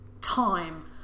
time